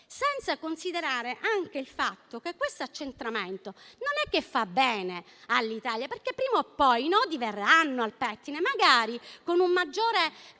senza considerare il fatto che questo accentramento non è che faccia bene all'Italia, perché prima o poi i nodi verranno al pettine. Magari, con un maggiore